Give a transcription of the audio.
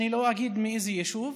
אני לא אגיד מאיזה יישוב,